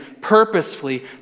purposefully